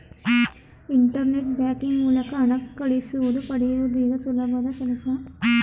internet banking ಮೂಲಕ ಹಣ ಕಳಿಸುವುದು ಪಡೆಯುವುದು ಈಗ ಸುಲಭದ ಕೆಲ್ಸ